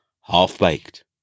half-baked